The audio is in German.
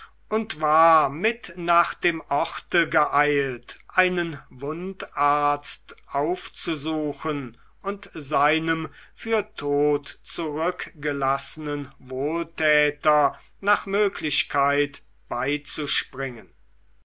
und war mit nach dem orte geeilt einen wundarzt aufzusuchen und seinem für tot zurückgelassenen wohltäter nach möglichkeit beizuspringen